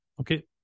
Okay